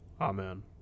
amen